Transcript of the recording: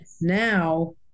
Now